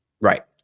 right